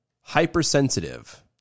hypersensitive